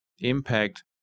impact